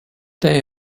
day